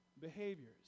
behaviors